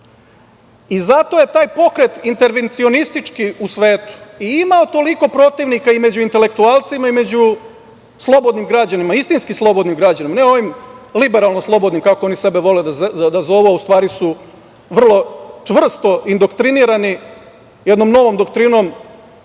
i zato je taj pokret intervencionistički u svetu i imao toliko protivnika među intelektualcima i među slobodnim građanima, istinski slobodnim građanima, ne ovim liberalno slobodnim, kako oni sebe vole da zovu, a u stvari su vrlo čvrsto indoktrinirani jednom novom doktrinom